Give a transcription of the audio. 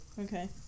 Okay